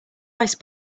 ice